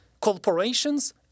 corporations